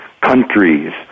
countries